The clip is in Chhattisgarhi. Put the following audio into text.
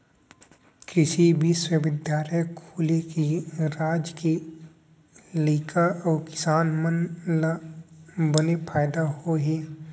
कृसि बिस्वबिद्यालय खुले ले राज के लइका अउ किसान मन ल बने फायदा होय हे